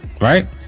Right